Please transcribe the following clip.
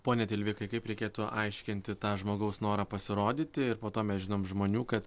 pone tilvikai kaip reikėtų aiškinti tą žmogaus norą pasirodyti ir po to mes žinom žmonių kad